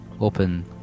open